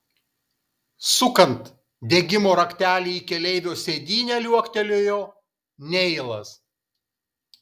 sukant degimo raktelį į keleivio sėdynę liuoktelėjo neilas